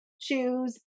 choose